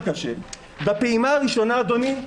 בפעימה הראשונה, אדוני,